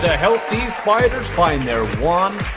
help these spiders find their one